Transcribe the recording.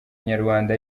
nyarwanda